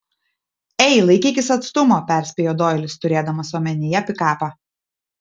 ei laikykis atstumo perspėjo doilis turėdamas omenyje pikapą